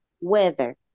weather